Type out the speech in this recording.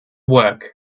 work